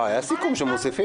לא, היה סיכום שמוסיפים.